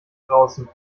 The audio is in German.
draußen